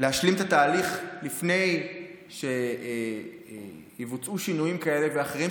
להשלים את התהליך לפני שיבוצעו שינויים כאלה ואחרים,